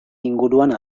inguruan